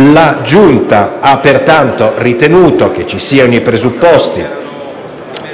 La Giunta ha pertanto ritenuto che ci siano i presupposti